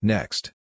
Next